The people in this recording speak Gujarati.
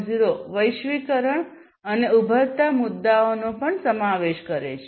0 વૈશ્વિકરણ અને ઉભરતા મુદ્દાઓનો પણ સમાવેશ કરે છે